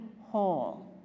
whole